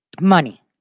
Money